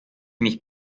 mich